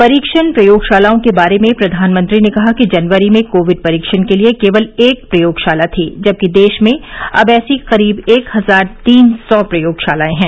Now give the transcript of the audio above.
परीक्षण प्रयोगशालाओं के बारे में प्रधानमंत्री ने कहा कि जनवरी में कोविड परीक्षण के लिए केवल एक प्रयोगशाला थी जबकि देश में अब ऐसी करीब एक हजार तीन सौ प्रयोगशालाएं हैं